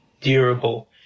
durable